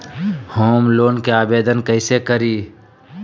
Home loan के आवेदन कैसे करि?